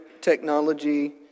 technology